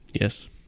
Yes